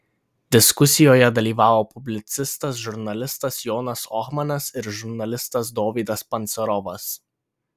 diskusijoje dalyvavo publicistas žurnalistas jonas ohmanas ir žurnalistas dovydas pancerovas